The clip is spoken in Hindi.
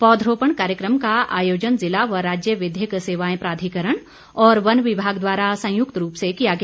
पौधरोपण कार्यक्रम का आयोजन जिला व राज्य विधिक सेवाएं प्राधिकरण और वन विभाग द्वारा संयुक्त रूप से किया गया